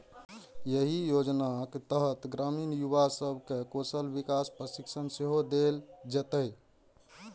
एहि योजनाक तहत ग्रामीण युवा सब कें कौशल विकास प्रशिक्षण सेहो देल जेतै